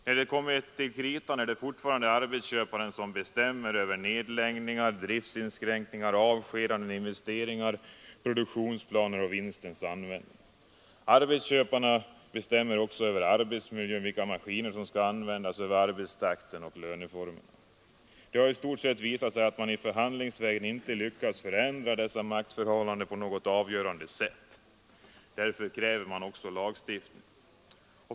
När det kommer till kritan är det fortfarande arbetsköparna som bestämmer över nedläggningar, driftsinskränkningar, avskedanden, investeringar, produktionsplaner och vinstens användning. Arbetsköparna bestämmer också över arbetsmiljön, vilka maskiner som skall användas, över arbetstakten och löneformerna. Det har i stort sett visat sig att man förhandlingsvägen inte lyckats förändra dessa maktförhållanden på något avgörande sätt. Därför kräver man lagstiftning.